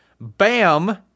bam